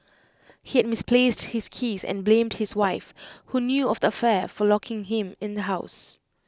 he had misplaced his keys and blamed his wife who knew of the affair for locking him in the house